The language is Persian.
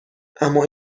اما